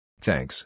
Thanks